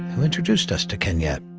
who introduced us to kenyette.